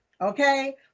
okay